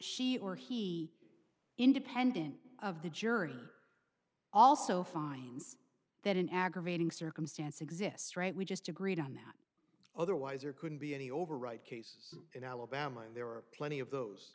she or he independent of the jury also finds that an aggravating circumstance exists right we just agreed on that otherwise there couldn't be any overwrite cases in alabama and there are plenty of those